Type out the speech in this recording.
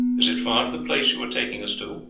is it far to the place you are taking us to?